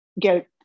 get